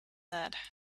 that